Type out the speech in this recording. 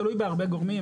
זה תלוי בהרבה גורמים.